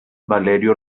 valerio